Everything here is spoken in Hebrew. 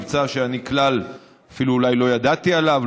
מבצע שאני כלל לא ידעתי עליו,